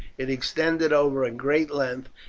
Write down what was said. it extended over a great length,